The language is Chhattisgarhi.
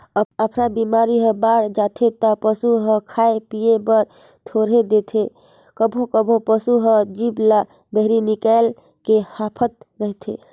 अफरा बेमारी ह बाड़ जाथे त पसू ह खाए पिए बर छोर देथे, कभों कभों पसू हर जीभ ल बहिरे निकायल के हांफत रथे